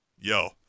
yo